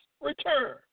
return